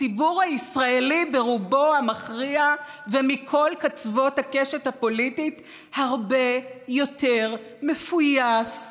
הציבור הישראלי ברובו המכריע ומכל קצוות הקשת הפוליטית הרבה יותר מפויס,